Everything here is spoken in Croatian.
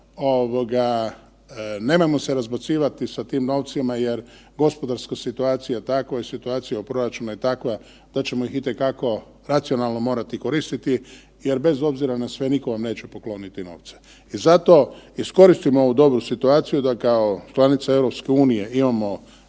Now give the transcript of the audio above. nemojmo se razbacivati sa tim novcima jer gospodarska situacija, a takva situacija u proračunu je takva da ćemo i te kako ih racionalno morati koristiti jer bez obzira na sve nitko vam neće pokloniti novce. I zato iskoristimo ovu dobru situaciju da kao članica EU imamo